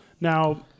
Now